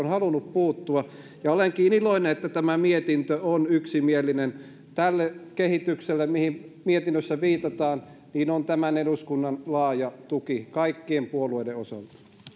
ovat halunneet puuttua ja olenkin iloinen että tämä mietintö on yksimielinen tälle kehitykselle mihin mietinnössä viitataan on tämän eduskunnan laaja tuki kaikkien puolueiden osalta